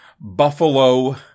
Buffalo